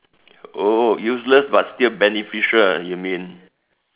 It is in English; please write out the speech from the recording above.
oh useless but still beneficial ah you mean